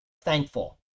thankful